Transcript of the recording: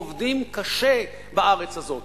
עובדים קשה בארץ הזו.